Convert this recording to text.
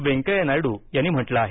वेंकय्या नायडू यांनी म्हटलं आहे